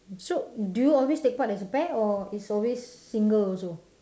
so do you always take part as a pair or it's always single also